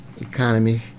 economy